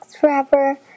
Forever